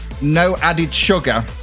no-added-sugar